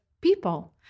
people